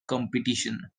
competition